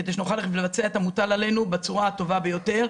כדי שנוכל לבצע את המוטל עלינו בצורה הטובה ביותר: